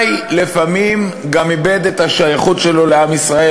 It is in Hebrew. לפעמים הוא גם איבד אולי את השייכות שלו לעם ישראל,